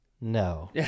No